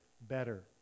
better